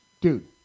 dude